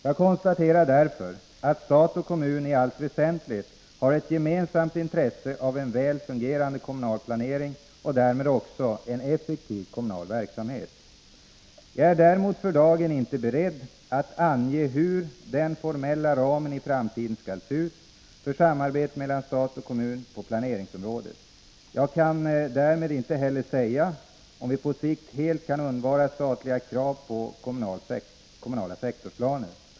Jag konstaterar därför att stat och kommun i allt väsentligt har ett gemensamt intresse av en väl fungerande kommunal planering och därmed också av en effektiv kommunal verksamhet. Jag är däremot för dagen inte beredd att ange hur den formella ramen i framtiden skall se ut för samarbetet mellan stat och kommun på planeringsområdet. Jag kan därmed inte heller säga om vi på sikt helt kan undvara statliga krav på kommunala sektorsplaner.